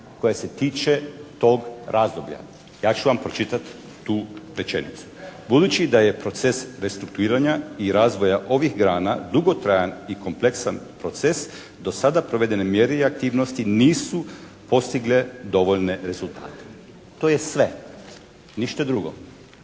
koja se tiče tog razdoblja. Ja ću vam pročitati tu rečenicu. Budući da je proces restrukturiranja i razvoja ovih grana dugotrajan i kompleksan proces, do sada provedene mjere i aktivnosti nisu postigle dovoljne rezultate. To je sve. Ništa drugo.